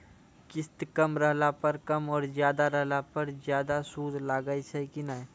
किस्त कम रहला पर कम और ज्यादा रहला पर ज्यादा सूद लागै छै कि नैय?